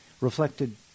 reflected